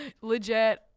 Legit